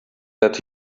that